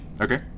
okay